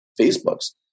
Facebook's